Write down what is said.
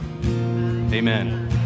Amen